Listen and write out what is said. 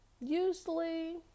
usually